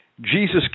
Jesus